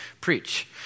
preach